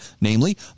namely